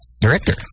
director